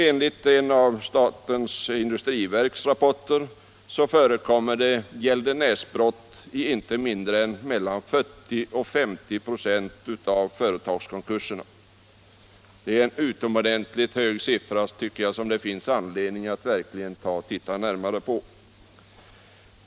Enligt en av statens industriverks rapporter förekommer gäldenärsbrott i inte mindre än 40-50 96 av företagskonkurserna. Det är en utomordentligt hög siffra, som det verkligen finns anledning att titta närmare på.